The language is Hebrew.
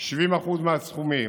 70% מהסכומים.